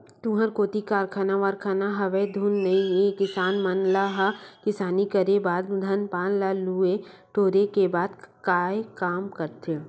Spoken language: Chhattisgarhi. तुँहर कोती कारखाना वरखाना हवय धुन नइ हे किसान मन ह खेती किसानी करे के बाद धान पान ल लुए टोरे के बाद काय काम करथे?